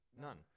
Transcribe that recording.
None